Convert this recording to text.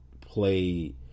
play